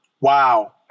Wow